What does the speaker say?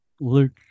Luke